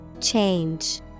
Change